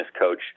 coach